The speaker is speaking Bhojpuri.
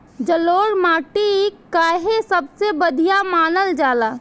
जलोड़ माटी काहे सबसे बढ़िया मानल जाला?